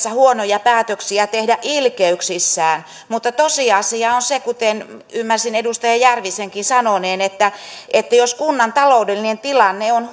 huonoja päätöksiä ilkeyksissään mutta tosiasia on se kuten ymmärsin edustaja järvisenkin sanoneen että jos kunnan taloudellinen tilanne on